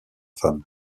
femme